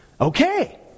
okay